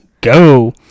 go